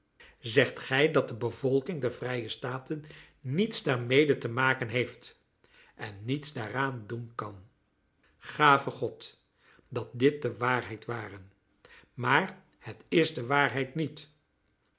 zegt gij dat de bevolking der vrije staten niets daarmede te maken heeft en niets daaraan doen kan gave god dat dit de waarheid ware maar het is de waarheid niet